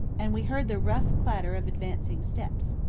and we heard the rough clatter of advancing steps.